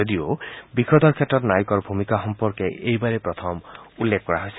যদিও বিষয়টোৰ ক্ষেত্ৰত নাইকৰ ভূমিকা সম্পৰ্কে এইবাৰেই প্ৰথম উল্লেখ কৰা হৈছে